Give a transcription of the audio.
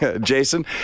Jason